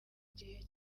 gihe